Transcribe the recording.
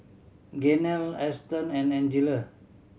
Gaynell Ashton and Angela